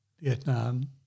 Vietnam